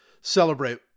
celebrate